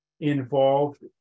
involved